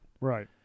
Right